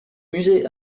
musée